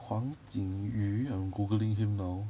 黄瑾瑜 I'm googling him now